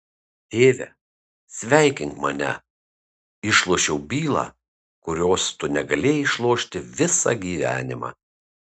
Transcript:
tėve sveikink mane išlošiau bylą kurios tu negalėjai išlošti visą gyvenimą